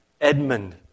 Edmund